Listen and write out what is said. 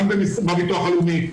גם בביטוח הלאומי,